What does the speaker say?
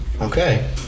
Okay